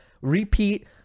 repeat